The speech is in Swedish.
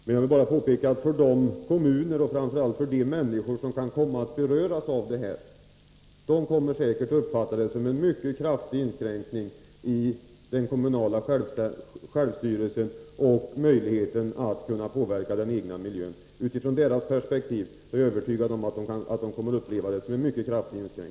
Men jag vill påpeka att de kommuner och framför allt de människor som kan komma att beröras av denna åtgärd säkert kommer att uppfatta det som en mycket kraftig inskränkning av den kommunala självstyrelsen och möjligheten att kunna påverka den egna miljön.